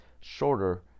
shorter